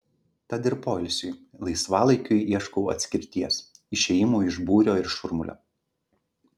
tad ir poilsiui laisvalaikiui ieškau atskirties išėjimo iš būrio ir šurmulio